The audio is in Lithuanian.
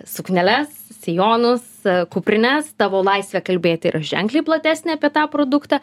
sukneles sijonus kuprines tavo laisvė kalbėti yra ženkliai platesnė apie tą produktą